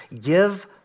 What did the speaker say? Give